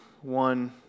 one